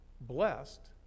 blessed